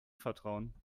vertrauen